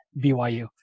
BYU